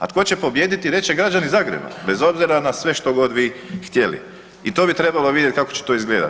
A tko će pobijediti reći će građani Zagreba bez obzira na sve što god vi htjeli i to bi trebalo vidjet kako će to izgledat.